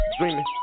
Dreaming